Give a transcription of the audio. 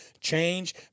change